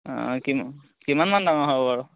অঁ কিম কিমানমান ডাঙৰ হ'ব বাৰু